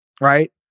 right